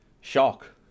shock